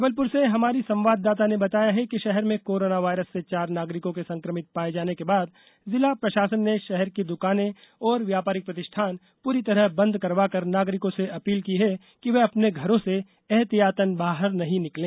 जबलपुर से हमारी संवाददाता ने बताया है कि शहर में कोरोना वायरस से चार नागरिकों के संक्रमित पाए जाने के बाद जिला प्रशासन ने शहर की दुकानें और व्यापारिक प्रतिष्ठान पूरी तरह बंद करवाकर नागरिकों से अपील की गई है कि वे अपने घरों से ऐहतियातन बाहर नहीं निकलें